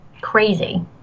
crazy